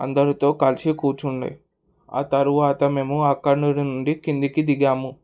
అందరితో కలిసి కూర్చుండే ఆ తరువాత మేము అక్కడనుండి కిందకి దిగాము